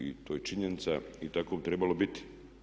I to je činjenica i tako bi trebalo biti.